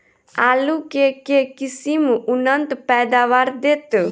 आलु केँ के किसिम उन्नत पैदावार देत?